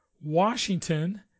Washington